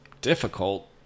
difficult